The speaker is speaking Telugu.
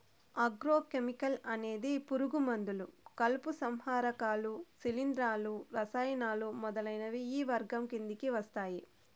ఆగ్రో కెమికల్ అనేది పురుగు మందులు, కలుపు సంహారకాలు, శిలీంధ్రాలు, రసాయనాలు మొదలైనవి ఈ వర్గం కిందకి వస్తాయి